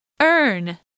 Earn